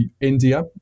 India